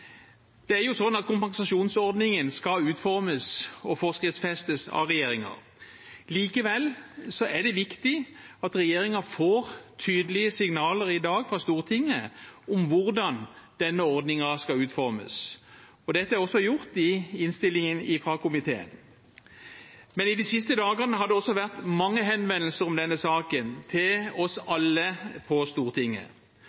Det er jo sånn at kompensasjonsordningen skal utformes og forskriftsfestes av regjeringen. Likevel er det viktig at regjeringen får tydelige signaler i dag fra Stortinget om hvordan denne ordningen skal utformes. Dette er også gjort i innstillingen fra komiteen. Men de siste dagene har det også vært mange henvendelser om denne saken til oss